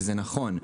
וזה נכון.